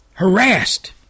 harassed